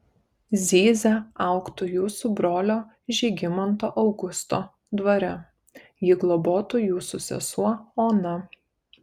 zyzia augtų jūsų brolio žygimanto augusto dvare jį globotų jūsų sesuo ona